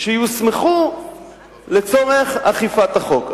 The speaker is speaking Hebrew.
שיוסמכו לצורך אכיפת החוק.